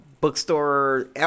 bookstore